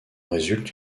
résulte